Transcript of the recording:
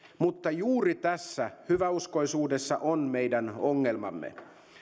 mutta juuri tässä hyväuskoisuudessa on meidän ongelmamme